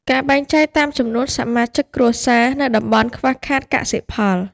ការបែងចែកតាមចំនួនសមាជិកគ្រួសារ នៅតំបន់ខ្វះខាតកសិផល។